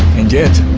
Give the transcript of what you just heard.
and yet,